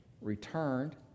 returned